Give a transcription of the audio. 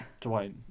Dwayne